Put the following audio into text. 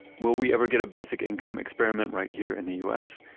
will we ever get a basic income experiment right here in the u s?